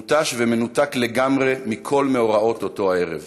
מותש ומנותק לגמרי מכל מאורעות אותו הערב.